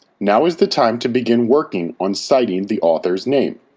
now is the time to begin working on citing the author's name.